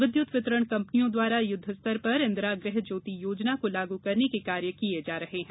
विद्युत वितरण कंपनियों द्वारा युद्ध स्तर पर इंदिरा गृह ज्योति योजना को लागू करने के कार्य किए जा रहे हैं